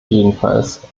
jedenfalls